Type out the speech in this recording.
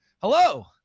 hello